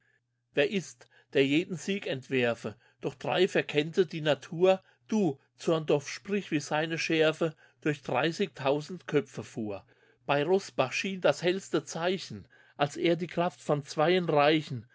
wer ist der jeden sieg entwerfe doch drei verkennte die natur du zorndorf sprich wie seine schärfe durch dreißig tausend köpfe fuhr bey rossbach schien das hellste zeichen als er die kraft von zweien reichen